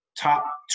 top